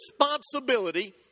responsibility